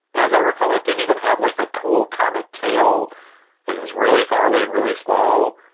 as i recall, it didn't even have, like, a cool comet tail. and it was really far away and really small.